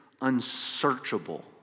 unsearchable